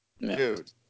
Dude